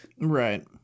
Right